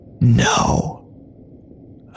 No